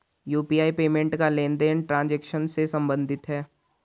UPI payment का लेनदेन transaction से सम्बंधित है